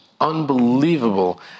unbelievable